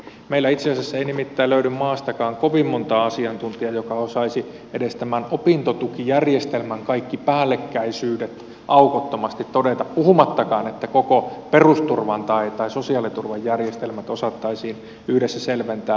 meillä nimittäin itse asiassa ei löydy maasta kovin montaa asiantuntijaa joka osaisi edes tämän opintotukijärjestelmän kaikki päällekkäisyydet aukottomasti todeta puhumattakaan että koko perusturvan tai sosiaaliturvan järjestelmät osattaisiin yhdessä selventää